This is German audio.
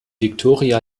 victoria